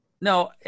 No